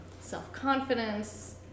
self-confidence